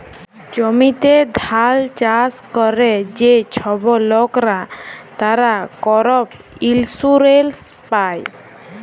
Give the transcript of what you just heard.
জমিতে ধাল চাষ ক্যরে যে ছব লকরা, তারা করপ ইলসুরেলস পায়